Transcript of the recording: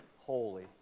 holy